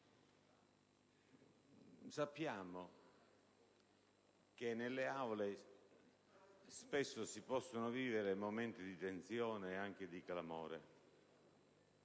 Sappiamo che nelle Aule spesso si possono vivere dei momenti di tensione e di clamore,